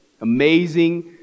amazing